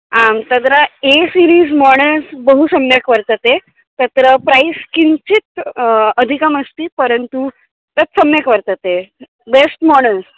आं तत्र A series models बहु सम्यक् वर्तते तत्र प्रैस् किञ्चित् अधिकमस्ति परन्तु तत् सम्यक् वर्तते बेस्ट् मोडल्स्